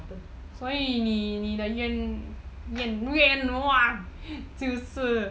所以你的愿望就是